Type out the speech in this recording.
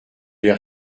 l’air